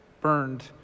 burned